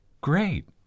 Great